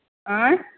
आँय